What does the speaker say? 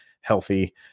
healthy